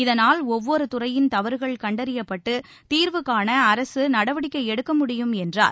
இதனால் ஒவ்வொரு துறையின் தவறுகள் கண்டறியப்பட்டு தீர்வு காண அரசு நடவடிக்கை எடுக்க முடியும் என்றார்